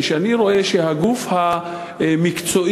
כשאני רואה שהגוף המקצועי,